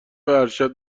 ارشد